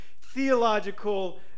theological